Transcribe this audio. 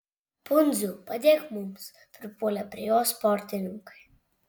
pundziau padėk mums pripuolė prie jo sportininkai